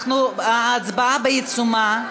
ההצבעה בעיצומה,